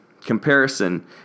Comparison